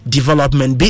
Development